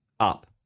up